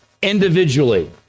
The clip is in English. individually